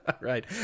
Right